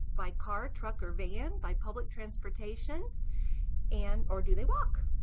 by car, truck or van, by public transportation and or do they walk.